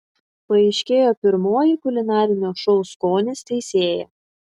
paaiškėjo pirmoji kulinarinio šou skonis teisėja